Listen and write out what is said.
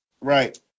Right